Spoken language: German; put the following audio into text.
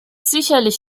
sicherlich